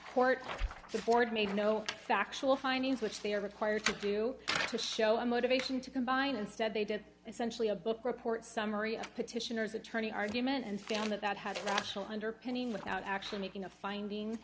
and the board made no factual findings which they are required to do to show a motivation to combine instead they did essentially a book report summary of petitioners attorney argument and found that that had national underpinning without actually making a finding